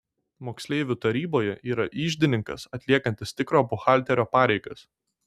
moksleivių taryboje yra iždininkas atliekantis tikro buhalterio pareigas